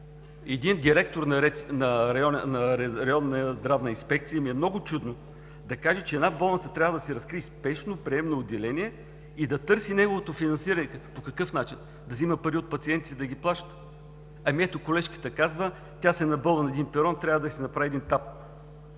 един директор на районна здравна инспекция да каже, че една болница трябва да разкрие спешно приемно отделение и да търси неговото финансиране. По какъв начин? Да взема пари от пациентите, за да плаща? Ето, колежката казва, че тя се е набола на един пирон и трябва да й се направи един ТАП.